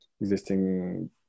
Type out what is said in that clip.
existing